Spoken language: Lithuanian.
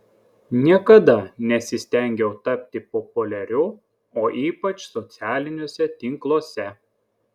niekada nesistengiau tapti populiariu o ypač socialiniuose tinkluose